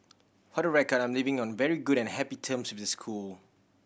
for the record I'm leaving on very good and happy terms with the school